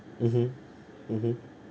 mmhmm mmhmm